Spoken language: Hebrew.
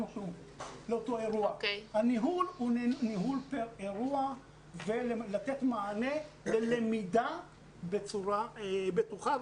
הניהול הוא ניהול פר אירוע ולתת מענה ולמידה בצורה בטוחה.